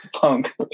punk